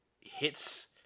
hits